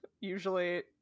usually